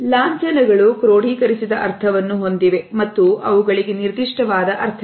ಲಾಂಛನಗಳು ಕ್ರೋಡೀಕರಿಸಿದ ಅರ್ಥವನ್ನು ಹೊಂದಿವೆ ಮತ್ತು ಅವುಗಳಿಗೆ ನಿರ್ದಿಷ್ಟವಾದ ಅರ್ಥವಿದೆ